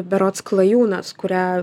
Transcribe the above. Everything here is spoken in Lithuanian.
berods klajūnas kurią